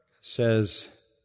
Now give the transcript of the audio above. says